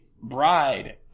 bride